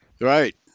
Right